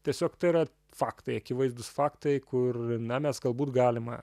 tiesiog tai yra faktai akivaizdūs faktai kur na mes galbūt galima